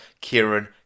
Kieran